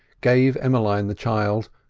gave emmeline the child,